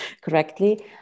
correctly